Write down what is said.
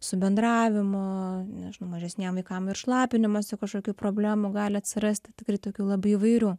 su bendravimu nežinau mažesniem vaikam ir šlapinimosi kažkokių problemų gali atsirasti tikrai tokie labai įvairių